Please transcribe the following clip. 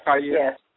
Yes